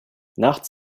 nachts